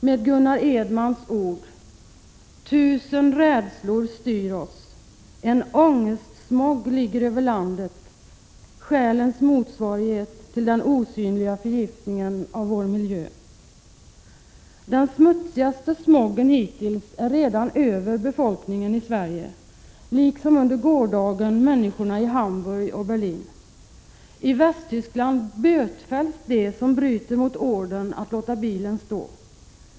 Med Gunnar Edmans ord: Tusen rädslor styr oss. En ångestsmog ligger över landet. Själens motsvarighet till den osynliga förgiftningen av vår miljö. Den smutsigaste smogen hittills är redan över befolkningen i Sverige, liksom under gårdagen över människorna i Hamburg och Berlin. I Västtyskland bötfälls de som bryter mot ordern att låta bilen stå.